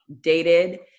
dated